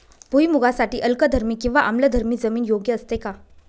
भुईमूगासाठी अल्कधर्मी किंवा आम्लधर्मी जमीन योग्य असते का?